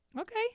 Okay